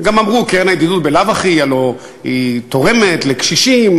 גם אמרו: הקרן לידידות בלאו הכי תורמת לקשישים,